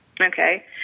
Okay